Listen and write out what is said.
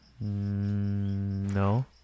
No